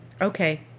okay